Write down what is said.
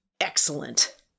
excellent